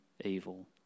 evil